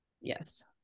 yes